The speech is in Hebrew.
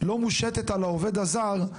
לא מושתת על העובד הזר.